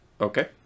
Okay